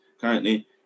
currently